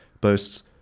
boasts